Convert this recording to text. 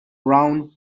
round